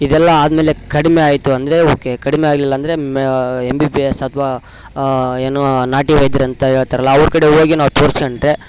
ಇದೆಲ್ಲ ಆದಮೇಲೆ ಕಡಿಮೆ ಆಯಿತು ಅಂದರೆ ಓಕೆ ಕಡಿಮೆ ಆಗಲಿಲ್ಲಾಂದ್ರೆ ಮ ಎಂ ಬಿ ಬಿ ಎಸ್ ಅಥವಾ ಏನೂ ನಾಟಿ ವೈದ್ಯರಂತ ಹೇಳ್ತರಲ ಅವ್ರ ಕಡೆ ಹೋಗಿ ನಾವು ತೋರ್ಸ್ಕೊಂಡ್ರೆ